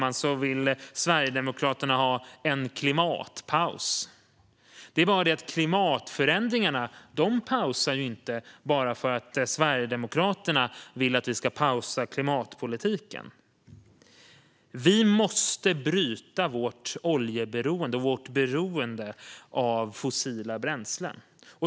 Nu vill Sverigedemokraterna ha en klimatpaus. Det är bara det att klimatförändringarna inte pausar bara för att Sverigedemokraterna vill att vi ska pausa klimatpolitiken. Vi måste bryta vårt oljeberoende och vårt beroende av fossila bränslen.